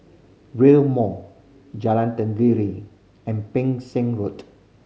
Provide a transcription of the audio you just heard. Rail Mall Jalan Tenggiri and Ping Sing Road